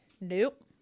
nope